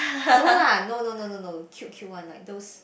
no lah no no no no no cute cute one like those